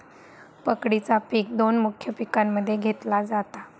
पकडीचा पिक दोन मुख्य पिकांमध्ये घेतला जाता